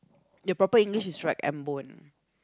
the proper English is rag and bone